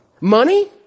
Money